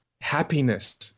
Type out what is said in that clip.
happiness